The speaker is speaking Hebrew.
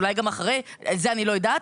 אולי גם אחרי אבל את זה אני לא יודעת.